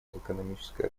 экономическое